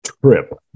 trip